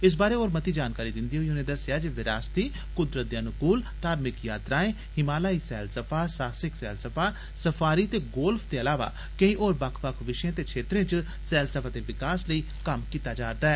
इस बारै होर मती जानकारी दिन्दे होई उनें दस्सेआ जे विरासती कुदरत ते अनुकूल धार्मिक यात्राएं हिमालयाई सैलसफा साहसिक सैलसफा सफारी ते गोल्फ दे इलावा केई होर बक्ख बक्ख विषयें ते क्षेत्रें च सैलसफा दे विकास लेई कम्म कीता जारदा ऐ